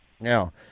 Now